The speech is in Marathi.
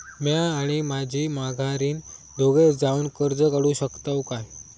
म्या आणि माझी माघारीन दोघे जावून कर्ज काढू शकताव काय?